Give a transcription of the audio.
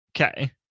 Okay